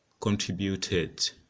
contributed